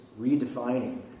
redefining